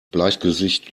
bleichgesicht